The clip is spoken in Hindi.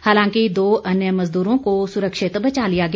हालांकि दो अन्य मजदूरों को सुरक्षित बचा लिया गया